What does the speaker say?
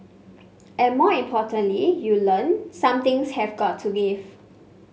and more importantly you learn some things have got to give